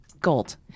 Gold